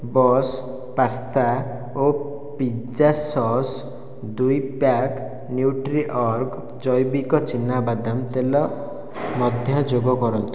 bus pasta ଓ pizza sauce ଦୁଇ pack Nutriorg ଜୈବିକ ଚୀନାବାଦାମ ତେଲ ମଧ୍ୟ ଯୋଗ କରନ୍ତୁ